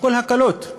הכול הקלות.